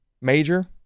major